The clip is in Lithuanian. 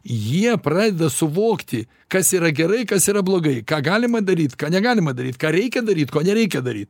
jie pradeda suvokti kas yra gerai kas yra blogai ką galima daryt ką negalima daryt ką reikia daryt ko nereikia daryt